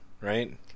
right